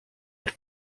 eich